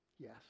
Yes